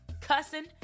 cussing